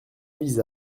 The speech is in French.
vise